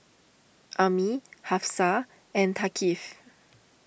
Ummi Hafsa and Thaqif